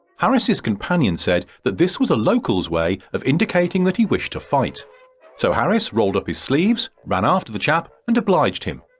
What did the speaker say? harris companion said that this was a local's way of indicating that he wished to fight so harris rolled up his sleeves, ran after the chap and obliged him,